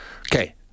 Okay